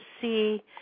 see